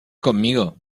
conmigo